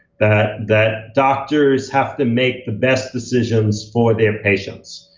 that that doctors have to make the best decisions for their patients.